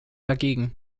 dagegen